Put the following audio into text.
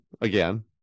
again